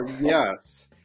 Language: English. yes